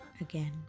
again